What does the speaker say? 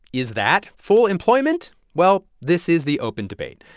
is that full employment? well, this is the open debate.